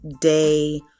day